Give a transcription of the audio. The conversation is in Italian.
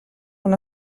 una